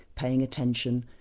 paying attention,